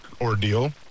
ordeal